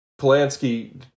Polanski